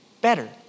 better